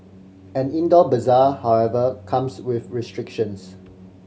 an indoor bazaar however comes with restrictions